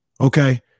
Okay